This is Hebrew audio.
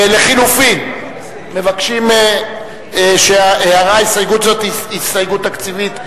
לחלופין, הערה: הסתייגות זו היא הסתייגות תקציבית.